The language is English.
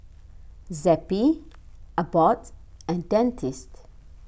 Zappy Abbott and Dentiste